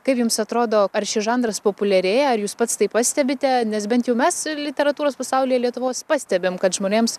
kaip jums atrodo ar šis žanras populiarėja ar jūs pats tai pastebite nes bent jau mes literatūros pasaulyje lietuvos pastebim kad žmonėms